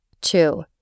Two